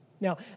Now